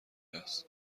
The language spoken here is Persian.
است